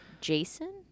Jason